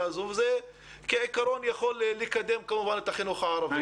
הזו וכעיקרון זה יכול לקדם את החינוך הערבי.